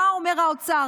מה אומר האוצר,